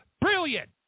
Brilliant